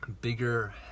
bigger